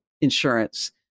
insurance